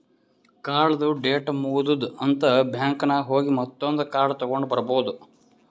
ಕಾರ್ಡ್ದು ಡೇಟ್ ಮುಗದೂದ್ ಅಂತ್ ಬ್ಯಾಂಕ್ ನಾಗ್ ಹೋಗಿ ಮತ್ತೊಂದ್ ಕಾರ್ಡ್ ತಗೊಂಡ್ ಬರ್ಬಹುದ್